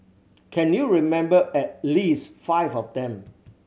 can you remember at least five of them